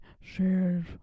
share